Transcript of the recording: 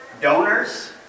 Donors